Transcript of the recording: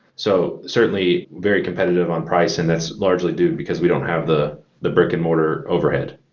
so certainly, very competitive on price and that's largely due because we don't have the the brick and mortar overhead.